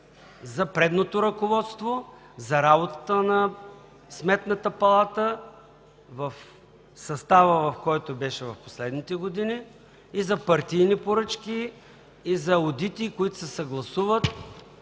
за предното ръководство, за работата на Сметната палата в състава, в който беше в последните години, и за партийни поръчки, и за одити, които се съгласуват,